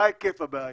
מה היקף הבעיה,